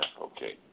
Okay